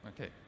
Okay